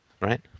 right